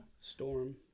Storm